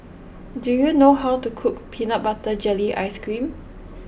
do you know how to cook Peanut Butter Jelly Ice Cream